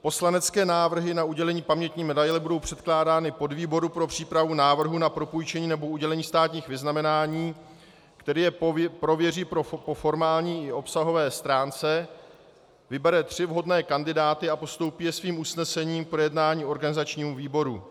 Poslanecké návrhy na udělení pamětní medaile budou předkládány podvýboru pro přípravu návrhu na propůjčení nebo udělení státních vyznamenání, který je prověří po formální i obsahové stránce, vybere tři vhodné kandidáty a postoupí je svým usnesením k projednání organizačnímu výboru.